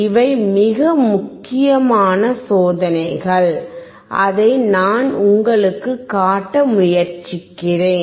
இவை மிக முக்கியமான சோதனைகள் அதை நான் உங்களுக்குக் காட்ட முயற்சிக்கிறேன்